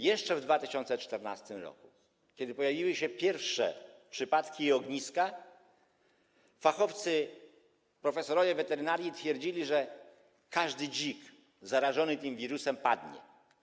Jeszcze w 2014 r., kiedy pojawiły się pierwsze przypadki i ogniska choroby, fachowcy, profesorowie weterynarii twierdzili, że dziki zarażone tym wirusem padną.